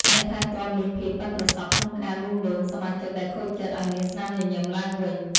អ្នកថែទាំមានភាពប៉ិនប្រសប់ក្នុងការលួងលោមសមាជិកដែលខូចចិត្តឱ្យមានស្នាមញញឹមឡើងវិញ។